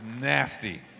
nasty